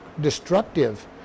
destructive